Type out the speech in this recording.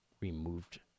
removed